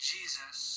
Jesus